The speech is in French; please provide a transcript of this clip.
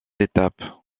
étapes